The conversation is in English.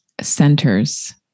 Centers